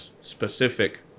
specific